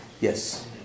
Yes